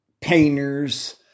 painters